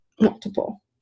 multiple